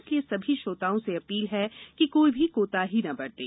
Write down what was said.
इसलिए सभी श्रोताओं से अपील है कि कोई भी कोताही न बरतें